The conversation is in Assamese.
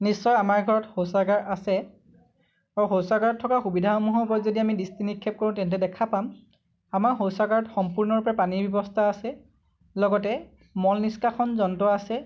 নিশ্চয় আমাৰ ঘৰত শৌচাগাৰ আছে আৰু শৌচাগাৰত থকা সুবিধাসমূহ ওপৰত আমি যদি দৃষ্টি নিক্ষেপ কৰোঁ তেন্তে দেখা পাম আমাৰ শৌচাগাৰত সম্পূৰ্ণ ৰূপে পানীৰ ব্যৱস্থা আছে লগতে মল নিষ্কাশন যন্ত্ৰ আছে